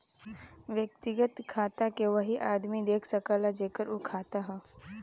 व्यक्तिगत खाता के वही आदमी देख सकला जेकर उ खाता हौ